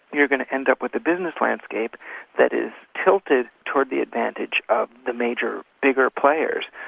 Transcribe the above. you're going to end up with a business landscape that is tilted towards the advantage of the major bigger players.